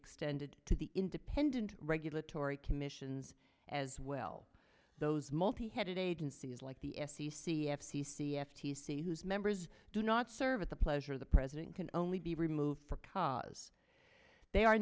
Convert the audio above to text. extended to the independent regulatory commissions as well those multi headed agencies like the f c c f c c f t c whose members do not serve at the pleasure of the president can only be removed for cause they are